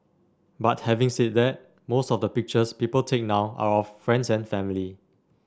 but having said that most of the pictures people take now are of friends and family